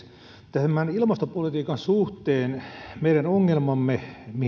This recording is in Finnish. tämän ilmastopolitiikan suhteen meidän ongelmamme